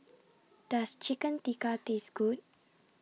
Does Chicken Tikka Taste Good